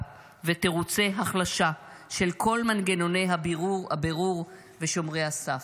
ותירוצי החלשה של כל מנגנוני הבירור ושומרי הסף".